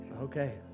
Okay